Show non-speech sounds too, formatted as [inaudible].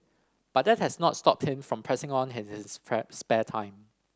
but that has not stopped him from pressing on his his [unintelligible] spare time